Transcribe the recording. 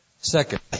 Second